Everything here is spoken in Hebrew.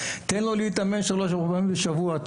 תן לו להתאמן שלוש פעמים בשבוע,